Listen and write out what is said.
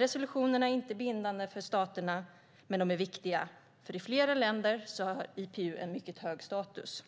Resolutionerna är inte bindande för staterna, men de är viktiga. I flera länder har IPU mycket hög status.